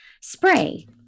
spray